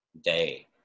day